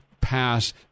pass